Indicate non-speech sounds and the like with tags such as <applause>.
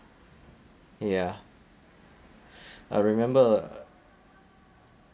ya <breath> I remember a